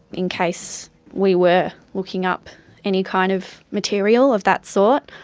in case we were looking up any kind of material of that sort.